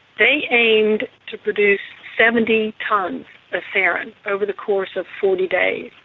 they aimed to produce seventy tonnes of sarin over the course of forty days,